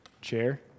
chair